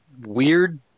weird